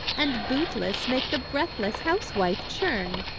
and bootless make the breathless housewife churn,